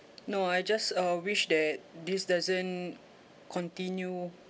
no I just uh wish that this doesn't continue